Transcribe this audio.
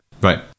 Right